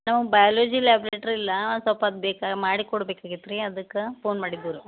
ನಾವು biology laboratory ಇಲ್ಲಾ ಒಂದು ಸ್ವಲ್ಪ ಅದು ಬೇಗ ಮಾಡಿ ಕೊಡ್ಬೇಕು ಆಗೇತು ರೀ ಅದಕ್ಕೆ ಪೋನ್ ಮಾಡಿದುರು